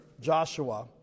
Joshua